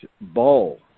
ball